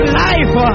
life